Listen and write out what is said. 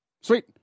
Sweet